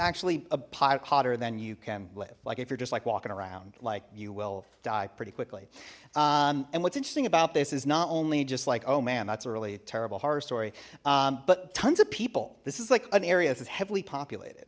actually hotter than you can live like if you're just like walking around like you will die pretty quickly and what's interesting about this is not only just like oh man that's really terrible horror story but tons of people this is like an area that's heavily populated